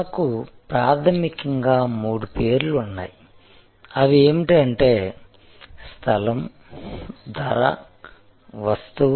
మనకు ప్రాథమికంగా మూడు పేర్లు ఉన్నాయి అవి ఏమిటంటే స్థలం ధర వస్తువు